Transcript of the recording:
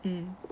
mm